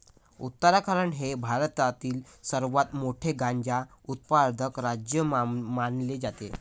उत्तराखंड हे भारतातील सर्वात मोठे गांजा उत्पादक राज्य मानले जाते